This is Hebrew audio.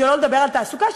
שלא לדבר על תעסוקה,